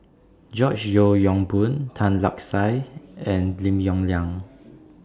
George Yeo Yong Boon Tan Lark Sye and Lim Yong Liang